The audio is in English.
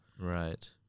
Right